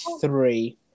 three